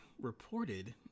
reported